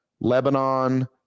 Lebanon